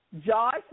Josh